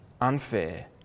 unfair